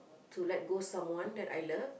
to let go someone that I love